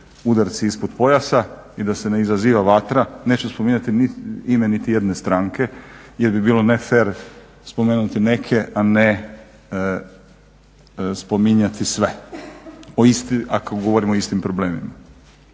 udarci ispod pojasa i da se ne izaziva vatra, neću spominjati ime nitijedne stranke jer bi bilo ne fer spomenuti neke a ne spominjati sve ako govorimo o istim problemima.